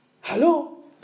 Hello